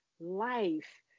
life